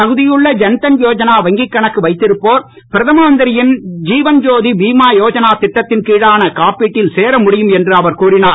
தகுதியுள்ள ஜன்தன் யோறனா வங்கிக்கணக்கு வைத்திருப்போர் பிரதம மந்திரியின் தீவன்ஜோதி பீமா யோதனா திட்டத்தின் கீழான காப்பீட்டில் சேரமுடியும் என்று அவர் கூறிஞர்